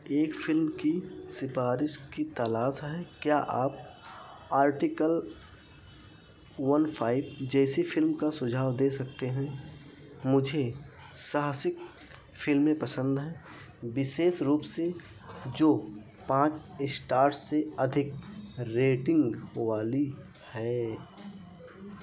एक फ़िल्म की सिफारिस की तलाश है क्या आप आर्टिकल वन फाइव जैसी फ़िल्म का सुझाव दे सकते हैं मुझे साहसिक फ़िल्में पसंद हैं विशेष रूप से जो पाँच स्टार्स से अधिक रेटिंग वाली हैं